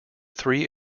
three